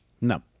No